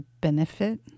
benefit